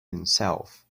himself